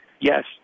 yes